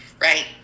right